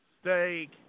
Steak